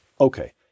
Okay